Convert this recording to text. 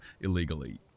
illegally